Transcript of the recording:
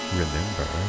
remember